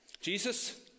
Jesus